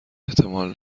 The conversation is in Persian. احتمال